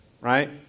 right